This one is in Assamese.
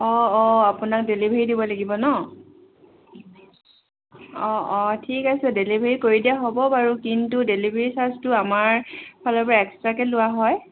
অঁ অঁ আপোনাক ডেলিভাৰী দিব লাগিব ন'